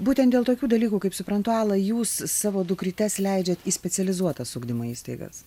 būtent dėl tokių dalykų kaip suprantu ala jūs savo dukrytes leidžiat į specializuotas ugdymo įstaigas